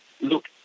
Look